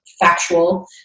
factual